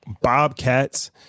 Bobcats